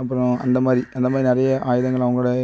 அப்பறம் அந்த மாதிரி அந்த மாதிரி நிறைய ஆயுதங்கள் அவங்களோட